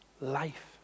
life